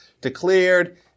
declared